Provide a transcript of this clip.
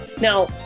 Now